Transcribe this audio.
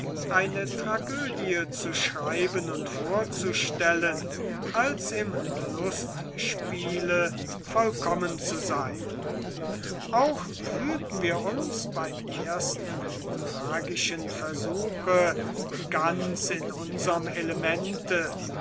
eine tragödie zu schreiben und vorzustellen als im lustspiele vollkommen zu sein auch fühlten wir uns beim ersten tragischen versuche ganz in unserm elemente